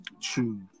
True